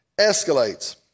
escalates